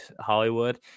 Hollywood